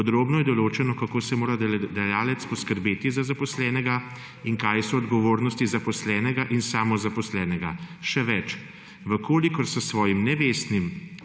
Podrobno je določeno, kako mora delodajalec poskrbeti za zaposlenega in kaj so odgovornosti zaposlenega in samozaposlenega. Še več, če s svojim nevestnim